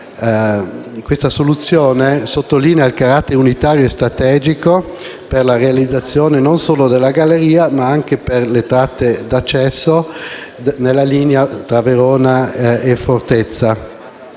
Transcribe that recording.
questa soluzione sottolinea il carattere unitario e strategico per la realizzazione non solo della galleria, ma anche per le tratte di accesso nella linea tra Verona e Fortezza